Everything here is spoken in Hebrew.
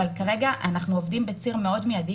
אבל כרגע אנחנו עובדים בציר מאוד מיידי,